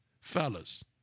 Fellas